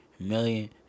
million